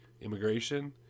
immigration